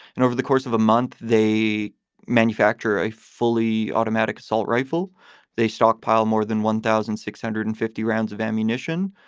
and over the course of a month, they manufacture a fully automatic assault rifle they stockpile more than one thousand six hundred and fifty rounds of ammunition.